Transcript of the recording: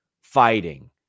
fighting